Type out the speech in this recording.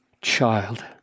child